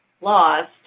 lost